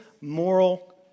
moral